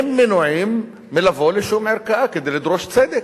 הם מנועים מלבוא לערכאה כלשהי כדי לדרוש צדק.